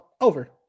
over